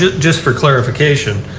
ah just for clarification,